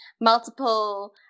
multiple